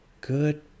good